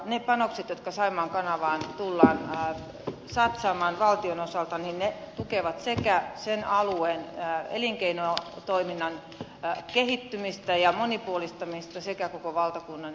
ne panokset jotka saimaan kanavaan tullaan satsaamaan valtion osalta tukevat sekä sen alueen elinkeinotoiminnan kehittymistä ja monipuolistamista että koko valtakunnan elinkeinoa